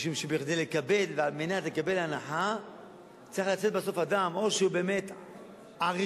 משום שכדי לקבל הנחה צריך לצאת בסוף אדם או שהוא באמת ערירי,